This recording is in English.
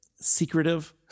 secretive